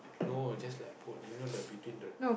no just like put you know the between the